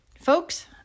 folks